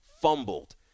fumbled